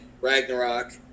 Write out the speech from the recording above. Ragnarok